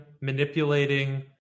manipulating